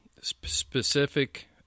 specific